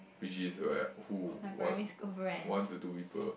which is like who what one to two people